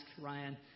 Ryan